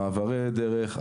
מעברי דרך,